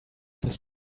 this